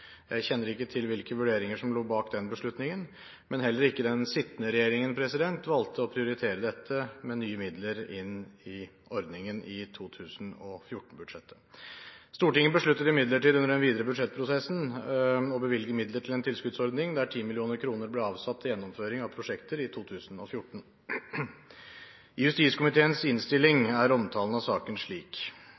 Jeg kjenner ikke til hvilke vurderinger som lå bak den beslutningen, men heller ikke den sittende regjeringen valgte å prioritere dette med nye midler inn i ordningen i 2014-budsjettet. Stortinget besluttet imidlertid under den videre budsjettprosessen å bevilge midler til en tilskuddsordning der 10 mill. kr ble avsatt til gjennomføring av prosjekter i 2014. I justiskomiteens innstilling er omtalen av saken slik: